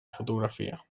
fotografia